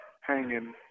hanging